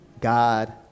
God